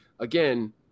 Again